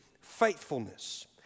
faithfulness